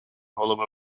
голови